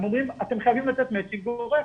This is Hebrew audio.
הם אומרים, אתם חייבים לתת מצ'ינג גורף